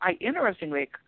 interestingly